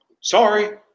Sorry